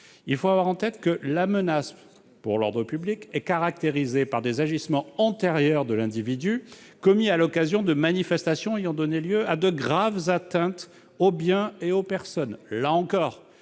en tête. Par ailleurs, la menace pour l'ordre public est caractérisée par des agissements antérieurs de l'individu commis à l'occasion de manifestations ayant donné lieu à de graves atteintes aux biens et aux personnes.